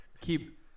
keep